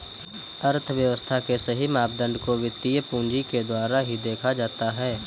अर्थव्यव्स्था के सही मापदंड को वित्तीय पूंजी के द्वारा ही देखा जाता है